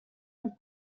pour